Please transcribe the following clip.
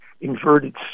inverted